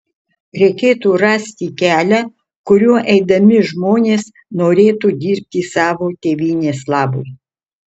reikėtų rasti kelią kuriuo eidami žmonės norėtų dirbti savo tėvynės labui